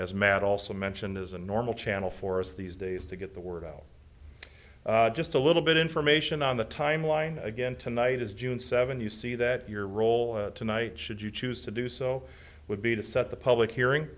as matt also mentioned is a normal channel for us these days to get the word out just a little bit information on the timeline again tonight is june seventh you see that your role tonight should you choose to do so would be to set the public hearing